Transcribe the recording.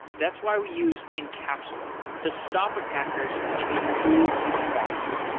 that's why we use encapsula to stop attackers and improve performance.